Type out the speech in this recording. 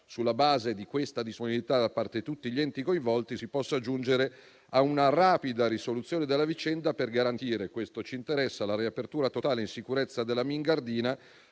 sulla base di questa disponibilità da parte tutti gli enti coinvolti, si possa giungere a una rapida risoluzione della vicenda, per garantire - questo ci interessa - la riapertura totale e in sicurezza della Mingardina,